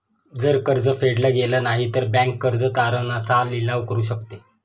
जर कर्ज फेडल गेलं नाही, तर बँक कर्ज तारण चा लिलाव करू शकते